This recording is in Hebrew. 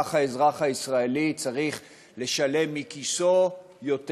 כך האזרח הישראלי צריך לשלם מכיסו יותר.